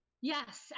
Yes